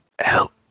help